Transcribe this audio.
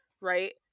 right